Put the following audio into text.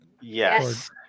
Yes